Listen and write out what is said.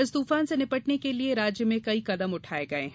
इस तूफान से निपटने के लिये राज्य में कई कदम उठाये गये है